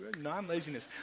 Non-laziness